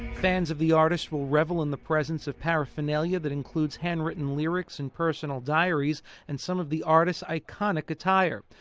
fans of the artist will revel in the presence of paraphernalia that includes handwritten lyrics and personal diaries and some of the artist's iconic attire.